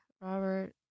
Robert